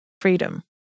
Freedom